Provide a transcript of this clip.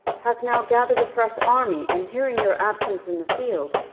hath now gathered a fresh army, and, hearing your absence in the field,